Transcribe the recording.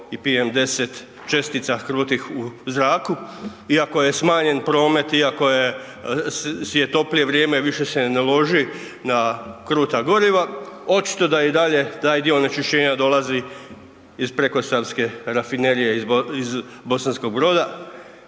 i PM 10 čestica krutih u zraku iako je smanjen promet, iako je toplije vrijeme, više se ne loži na kruta goriva, očito da i dalje taj dio onečišćenja dolazi iz prekosavske rafinerije, iz Bosanskog Broda